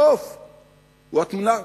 הסוף הוא התמונה,